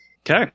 Okay